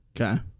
Okay